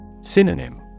Synonym